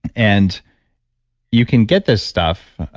and you can get this stuff